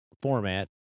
format